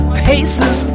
paces